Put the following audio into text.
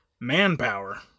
Manpower